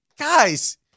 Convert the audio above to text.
guys